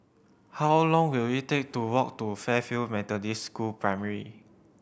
how long will it take to walk to Fairfield Methodist School Primary